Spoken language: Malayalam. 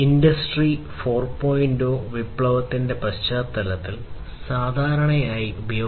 ഇൻഡസ്ട്രി 4